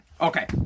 Okay